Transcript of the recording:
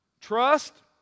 trust